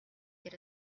get